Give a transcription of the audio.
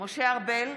משה ארבל,